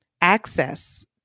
access